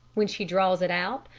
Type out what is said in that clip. when she draws it out,